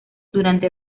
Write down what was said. durante